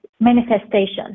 manifestation